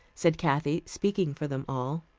said kathy, speaking for them all.